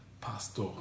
pastor